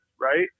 right